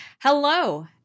Hello